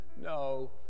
No